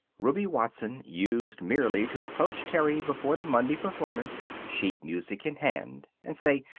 ruby watson used merely to approach terry before the monday performance, sheet music in hand, and say,